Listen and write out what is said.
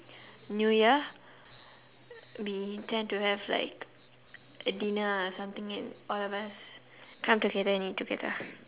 new year we tend to have like a dinner or something and all of us come together and eat together